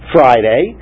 Friday